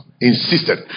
Insisted